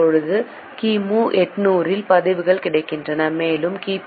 இப்போது கிமு 800 இல் பதிவுகள் கிடைக்கின்றன மேலும் கி